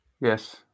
Yes